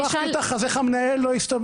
אז אם סיבכתי אותך, אז איך המנהל לא יסתבך?